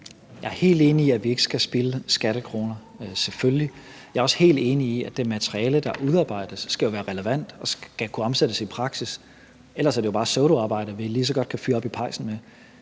Jeg er helt enig i, at vi ikke skal spilde skattekroner – selvfølgelig. Jeg er også helt enig i, at det materiale, der udarbejdes, skal være relevant og skal kunne omsættes i praksis. Ellers er det jo bare pseudoarbejde, som vi lige så godt kan fyre op i pejsen med.